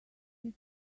this